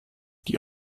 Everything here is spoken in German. die